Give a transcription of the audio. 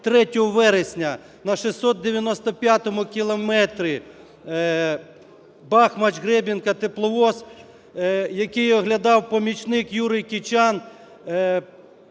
23 вересня на 695 кілометрі Бахмач–Гребінка тепловоз, який оглядав помічник Юрій Кичан,